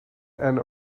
and